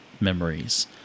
memories